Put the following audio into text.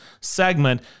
segment